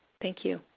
thank you.